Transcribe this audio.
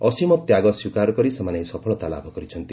ଅସୀମ ତ୍ୟାଗ ସ୍ୱୀକାର କରି ସେମାନେ ଏହି ସଫଳତା ଲାଭ କରିଛନ୍ତି